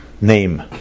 name